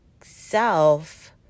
self